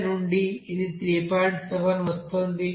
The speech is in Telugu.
7 వస్తోంది